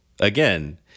again